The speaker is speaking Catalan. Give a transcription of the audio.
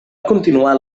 continuar